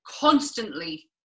constantly